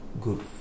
good